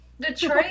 Detroit